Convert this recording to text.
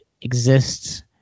exists